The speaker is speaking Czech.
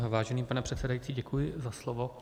Vážený pane předsedající, děkuji za slovo.